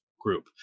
group